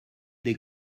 des